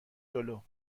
جلو